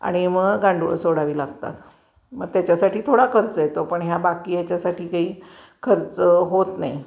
आणि मग गांडूळं सोडावी लागतात मग त्याच्यासाठी थोडा खर्च येतो पण ह्या बाकी याच्यासाठी काही खर्च होत नाही